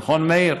נכון, מאיר?